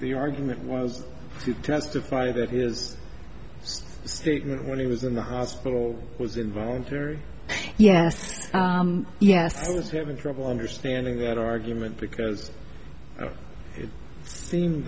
the argument was to testify that his statement when he was in the hospital was involuntary yes yes it was having trouble understanding that argument because it seem